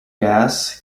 gas